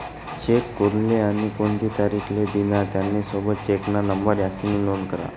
check कोनले आणि कोणती तारीख ले दिना, त्यानी सोबत चेकना नंबर यास्नी नोंद करा